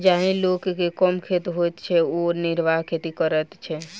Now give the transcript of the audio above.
जाहि लोक के कम खेत होइत छै ओ निर्वाह खेती करैत छै